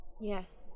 Yes